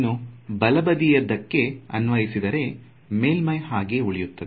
ಇನ್ನು ಬಲಬದಿಯದಕ್ಕೆ ಅನ್ವಯಿಸಿದರೆ ಮೇಲ್ಮೈ ಹಾಗೆ ಉಳಿಯುತ್ತೆ